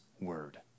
word